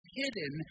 hidden